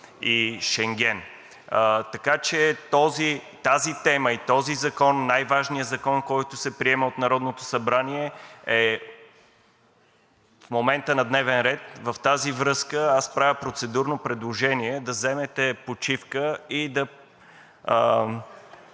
и Шенген. Тази тема и този закон – най-важният закон, който се приема от Народното събрание, в момента е на дневен ред. В тази връзка аз правя процедурно предложение да вземете почивка и да